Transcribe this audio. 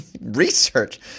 Research